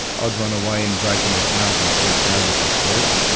i'd run away and break into cars and steal cars just to sleep,